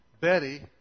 Betty